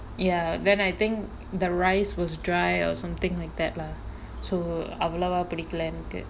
ya then I think the rice was dry or something like that lah so அவலவா புடிக்கல எனக்கு:avalavaa pudikkala enakku